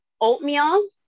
oatmeal